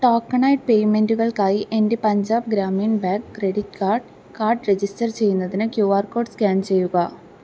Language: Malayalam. ടോക്കണൈസ്ഡ് പേയ്മെൻറ്റുകൾക്കായി എൻ്റെ Punjab Gramin bank credit card card register ചെയ്യുന്നതിന് ക്യൂ ആർ കോഡ് സ്കാൻ ചെയ്യുക